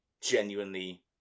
genuinely